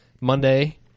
Monday